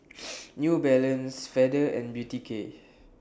New Balance Feather and Beauty K